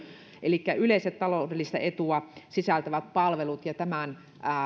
elikkä yleistä taloudellista etua sisältävät palvelut ja tämän